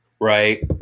right